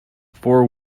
four